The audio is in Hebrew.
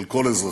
של כל אזרחיה,